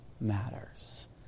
matters